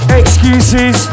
excuses